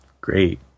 great